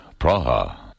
Praha